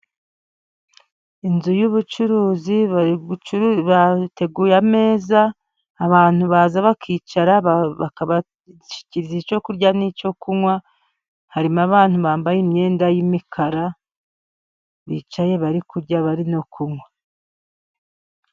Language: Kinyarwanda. Inzu y'ubucuruzi bateguye ameza, abantu baza bakicara bakabashyikiriza icyo kurya n'icyo kunywa. Harimo abantu bambaye imyenda y'imikara, bicaye bari kurya bari no kunywa.